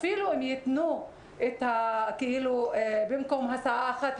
אפילו אם יתנו שתי הסעות במקום הסעה אחת,